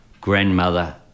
grandmother